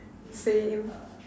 same